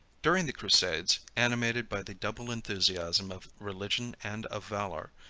during the crusades, animated by the double enthusiasm of religion and of valor,